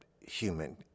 human